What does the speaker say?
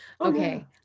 okay